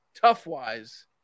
tough-wise